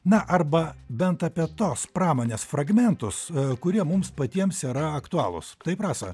na arba bent apie tos pramonės fragmentus kurie mums patiems yra aktualūs taip rasa